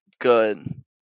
good